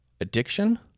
addiction